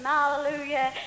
Hallelujah